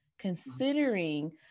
considering